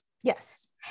Yes